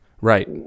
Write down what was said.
Right